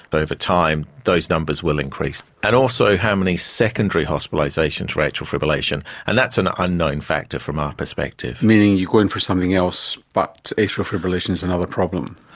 but over time those numbers will increase. and also how many secondary hospitalisations for atrial fibrillation, and that's an unknown factor from our perspective. meaning you go in for something else but atrial fibrillation is another problem.